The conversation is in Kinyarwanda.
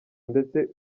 ndetse